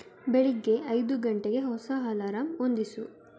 ಬೆಳಿಗ್ಗೆ ಐದು ಗಂಟೆಗೆ ಹೊಸ ಹಲಾರಾಮ್ ಹೊಂದಿಸು